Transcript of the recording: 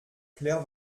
clair